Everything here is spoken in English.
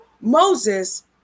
Moses